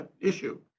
issue